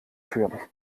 führen